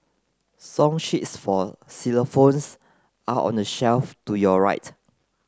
song sheets for are on the shelf to your right